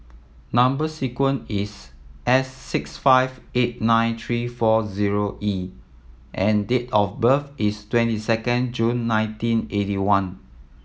number sequence is S six five eight nine three four zero E and date of birth is twenty second June nineteen eighty one